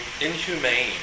inhumane